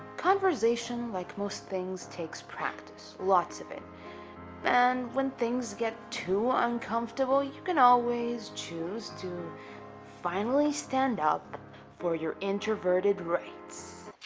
conversation like most things takes practice lots of it and when things get too uncomfortable you can always choose to finally stand up for your introverted rights